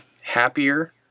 happier